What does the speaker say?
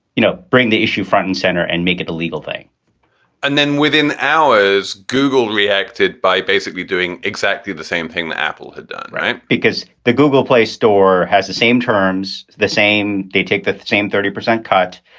you know, bring the issue front and center and make legal thing and then within hours, google reacted by basically doing exactly the same thing that apple had done right, because the google play store has the same terms, the same they take the same thirty percent cut.